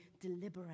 deliberate